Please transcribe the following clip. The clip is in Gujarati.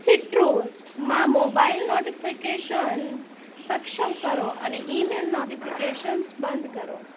સિટ્રુસમાં મોબાઈલ નોટીફીકેશન્સ સક્ષમ કરો અને ઈમેઈલ નોટીફીકેશન્સ બંધ કરો